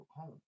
home